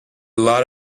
lot